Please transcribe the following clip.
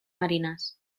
marines